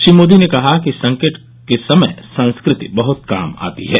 श्री मोदी ने कहा कि संकट के समय संस्कृति बहुत काम आती है